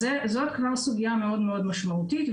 זו כבר סוגיה מאוד מאוד משמעותית.